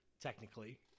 technically